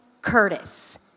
Curtis